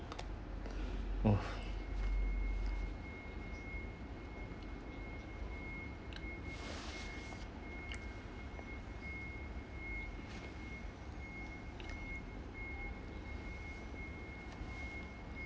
oh